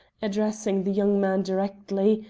addressing the young man directly,